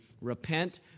Repent